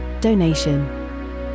donation